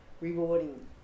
rewarding